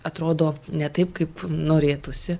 atrodo ne taip kaip norėtųsi